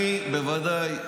אני בוודאי,